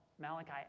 Malachi